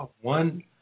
one